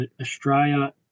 Australia